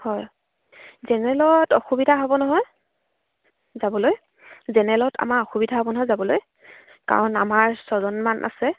হয় জেনেৰেলত অসুবিধা হ'ব নহয় যাবলৈ জেনেৰেলত আমাৰ অসুবিধা হ'ব নহয় যাবলৈ কাৰণ আমাৰ ছয়জনমান আছে